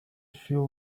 feel